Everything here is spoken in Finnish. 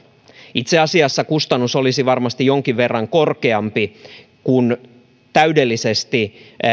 itse asiassa kustannus olisi varmasti jonkin verran korkeampi kun täydellisesti